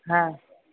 হ্যাঁ